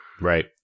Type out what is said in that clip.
Right